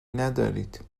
ندارید